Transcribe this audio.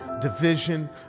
division